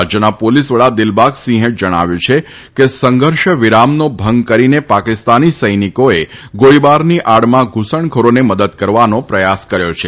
રાજ્યના પોલીસ વડા દિલબાગસિંહે જણાવ્યું છે કે સંઘર્ષ વિરામનો ભંગ કરીને પાકિસ્તાની સૈનિકોએ ગોળીબારની આડમાં ધૂસણખોરોને મદદ કરવાનો પ્રયાસ કર્યો છે